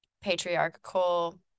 patriarchal